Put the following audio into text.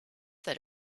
that